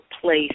place